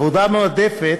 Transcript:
עבודה מועדפת,